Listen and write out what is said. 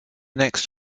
next